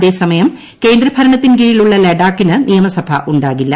അതേസമയം കേന്ദ്ര ഭരണത്തിൻ കീഴിലുള്ള ലഡാക്കിന് നിയമസഭാ ഉാകില്ല